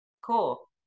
cool